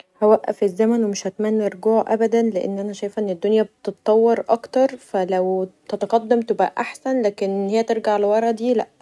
هوقف الزمن ومش هتمني رجوعه أبدا لأن أنا شايفه ان الدنيا بتتطور اكتر فلو تتقدم يبقي احسن لكن ان هي ترجع لورا دي لا